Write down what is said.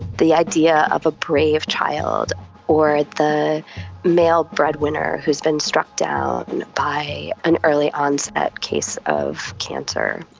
the idea of a brave child or the male breadwinner who has been struck down by an early onset case of cancer,